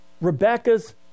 Rebecca's